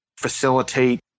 facilitate